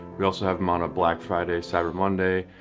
we also have em on a black friday cyber monday,